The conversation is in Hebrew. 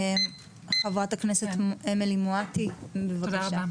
חברת הכנסת אמילי מואטי, בבקשה.